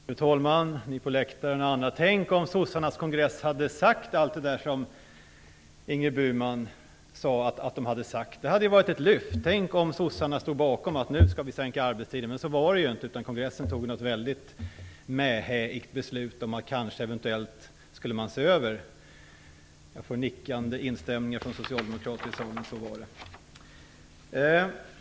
Fru talman! Ni på läktaren och alla ni andra! Tänk om socialdemokraternas kongress hade sagt allt detta som Ingrid Burman sade att de hade sagt! Det hade ju varit ett lyft. Tänk om socialdemokraterna stod bakom att sänka arbetstiden! Men så var det ju inte. Kongressen fattade ju ett väldigt intetsägande beslut om att man kanske eventuellt skulle se över detta. Jag får nickande instämmanden från socialdemokrater i salen att så var det.